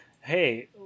hey